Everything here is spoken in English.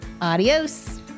Adios